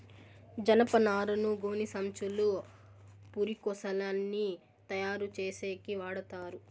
జనపనారను గోనిసంచులు, పురికొసలని తయారు చేసేకి వాడతారు